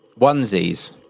onesies